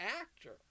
actor